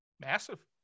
Massive